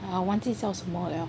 !aiya! 我忘记叫什么了